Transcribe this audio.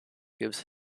gives